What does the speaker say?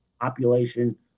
population